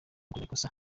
kumukorera